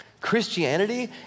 Christianity